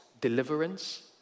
deliverance